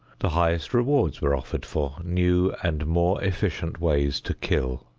the highest rewards were offered for new and more efficient ways to kill.